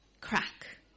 crack